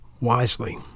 wisely